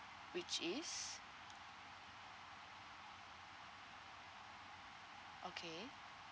which is okay